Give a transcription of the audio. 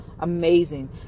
amazing